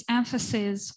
emphasis